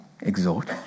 exhort